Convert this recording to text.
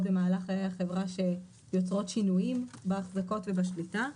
במהלך חיי החברה שיוצרות שינויים בהחזקות ובשליטה.